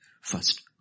first